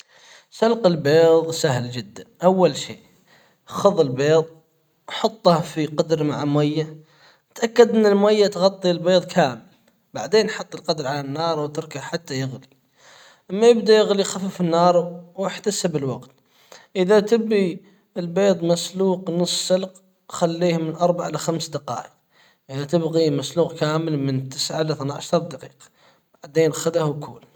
سلق البيظ سهل جدًا اول شيء خذ البيض حطه في قدر مع مية تأكد ان المية تغطي البيض كامل بعدين حط القدر على النار واتركه حتى يغلي أما يبدأ يغلي خفف النار واحتسب الوقت اذا تبي البيض مسلوق نص سلق خليه من اربع الى خمس دقائق. اذا تبغي مسلوق كامل من تسعة لاثنى عشر دقيقة بعدين خذه وكول.